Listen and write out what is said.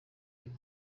niko